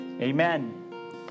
Amen